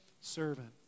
servant